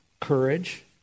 Courage